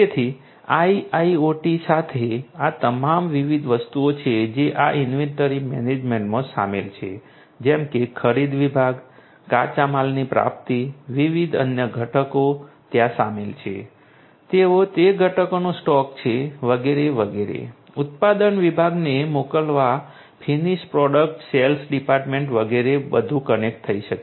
તેથી IIoT સાથે આ તમામ વિવિધ વસ્તુઓ જે આ ઇન્વેન્ટરી મેનેજમેન્ટમાં સામેલ છે જેમ કે ખરીદ વિભાગ કાચા માલની પ્રાપ્તિ વિવિધ અન્ય ઘટકો ત્યાં સામેલ છે તેઓ તે ઘટકોનો સ્ટોક છે વગેરે વગેરે ઉત્પાદન વિભાગને મોકલવા ફિનિશ્ડ પ્રોડક્ટ સેલ્સ ડિપાર્ટમેન્ટ વગેરે બધું કનેક્ટ થઈ શકે છે